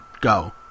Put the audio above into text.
go